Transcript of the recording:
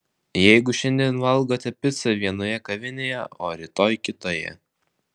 jeigu šiandien valgote picą vienoje kavinėje o rytoj kitoje